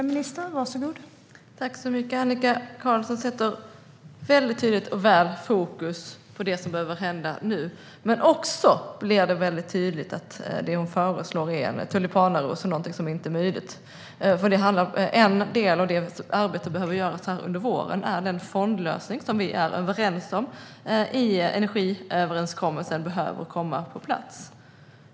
Fru talman! Annika Qarlsson sätter väldigt tydligt och väl fokus på det som behöver hända nu, men det blir också väldigt tydligt att det hon föreslår är en tulipanaros och någonting som inte är möjligt. En del av det arbete som behöver göras under våren är att se till att den fondlösning som vi är överens om i energiöverenskommelsen kommer på plats.